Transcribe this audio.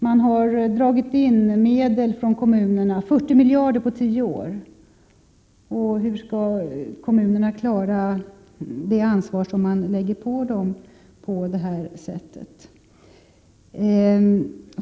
Man har dragit in 40 miljarder på tio år från kommunerna. Hur skall kommunerna klara det ansvar som man lägger på dem på det sättet?